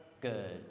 Good